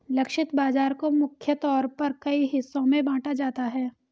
लक्षित बाजार को मुख्य तौर पर कई हिस्सों में बांटा जाता है